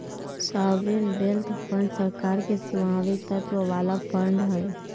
sovereign wealth fund सरकार के स्वामित्व वाला फंड हई